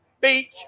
Beach